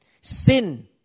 sin